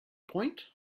point